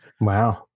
Wow